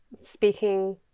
speaking